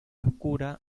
oscura